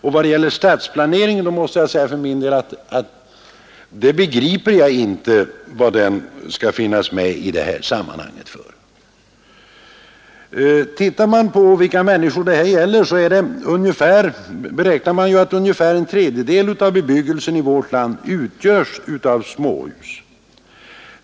I vad gäller stadsplaneringen kan jag för min del inte begripa varför den skall finnas med i detta sammanhang. Man beräknar att en tredjedel av bebyggelsen i vårt land utgörs av småhus.